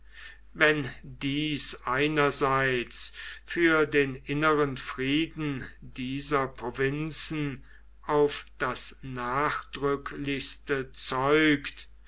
wenn dies einerseits für den inneren frieden dieser provinzen auf das nachdrücklichste zeugt